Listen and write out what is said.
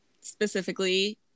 specifically